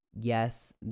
yes